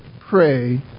pray